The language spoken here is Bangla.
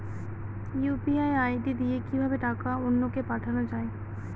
ইউ.পি.আই আই.ডি দিয়ে কিভাবে টাকা অন্য কে পাঠানো যায়?